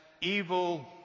evil